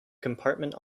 compartment